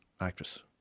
actress